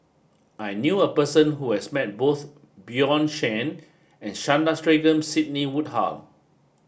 I knew a person who has met both Bjorn Shen and Sandrasegaran Sidney Woodhull